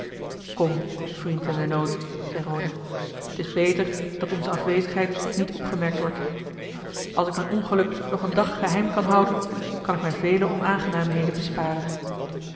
kom vriend in den nood zei roda t is beter dat onze afwezigheid niet opgemerkt wordt als ik mijn ongeluk nog een dag geheim kan houden kan ik mij vele onaangenaamheden besparen